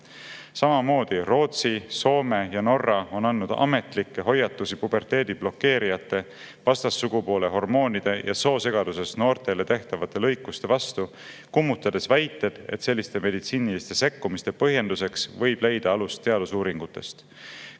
Samamoodi on Rootsi, Soome ja Norra andnud ametlikke hoiatusi puberteedi blokeerijate, vastassugupoole hormoonide ja soosegaduses noortele tehtavate lõikuste vastu, kummutades väited, et selliste meditsiiniliste sekkumiste põhjenduseks võib leida alust teadusuuringutest.